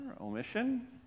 omission